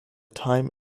time